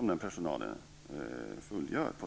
den personalen fullgör.